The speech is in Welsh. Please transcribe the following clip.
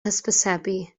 hysbysebu